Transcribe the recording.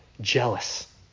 jealous